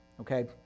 Okay